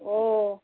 ও